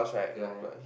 ya ya